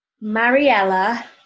Mariella